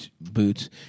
boots